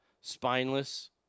spineless